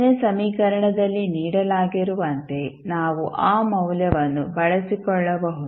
ನೇ ಸಮೀಕರಣದಲ್ಲಿ ನೀಡಲಾಗಿರುವಂತೆ ನಾವು ಆ ಮೌಲ್ಯವನ್ನು ಬಳಸಿಕೊಳ್ಳಬಹುದು